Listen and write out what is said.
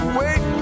wait